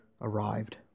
arrived